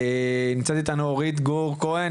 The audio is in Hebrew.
נמצאת אתנו אורית גור כהן,